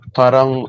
parang